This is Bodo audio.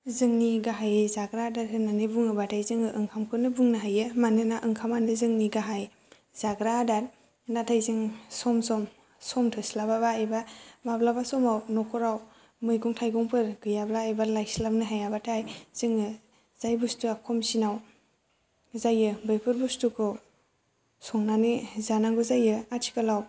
जोंनि गाहायै जाग्रा आदार होननानै बुङोबाथाय जोङो ओंखामखौनो बुंनो हायो मानोना ओंखामानो जोंनि गाहाय जाग्रा आदार नाथाय जों सम सम सम थोस्लाबाबा एबा माब्लाबा समाव न'खराव मैगं थायगंफोर गैयाब्ला एबा लाइस्लाबनो हायाबाथाय जोङो जाय बुस्तुआ खमसिनाव जायो बेफोर बुस्तुखौ संनानै जानांगौ जायो आथिखालाव